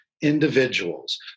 individuals